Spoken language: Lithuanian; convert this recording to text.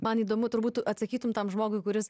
man įdomu turbūt tu atsakytum tam žmogui kuris